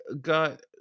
got